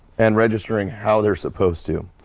and registering how they're supposed to.